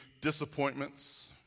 disappointments